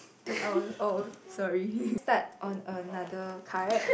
to our oh sorry start on another card